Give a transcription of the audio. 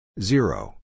Zero